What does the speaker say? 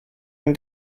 ein